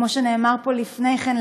כמו שנאמר פה לפני כן,